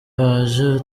baje